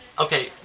Okay